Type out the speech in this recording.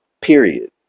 Period